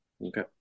Okay